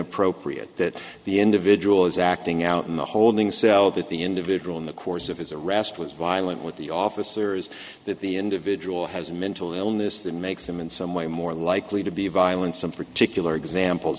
appropriate that the individual is acting out in the holding cell that the individual in the course of his arrest was violent with the officer is that the individual has a mental illness that makes him in some way more likely to be violent some particular examples